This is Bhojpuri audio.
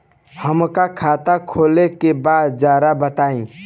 हमका खाता खोले के बा जरा बताई?